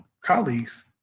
colleagues